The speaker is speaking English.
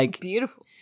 beautiful